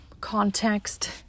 context